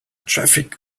traffic